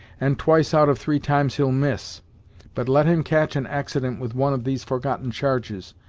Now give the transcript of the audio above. and twice out of three times he'll miss but let him catch an accident with one of these forgotten charges,